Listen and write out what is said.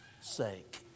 sake